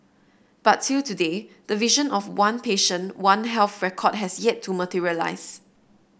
but till today the vision of one patient one health record has yet to materialise